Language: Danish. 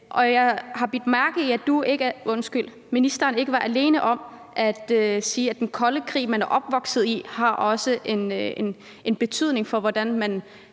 og jeg har bidt mærke i, at ministeren ikke var alene om at sige, at den kolde krig, man er opvokset under, også har haft en betydning for, hvordan man